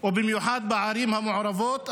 ובמיוחד בערים המעורבות,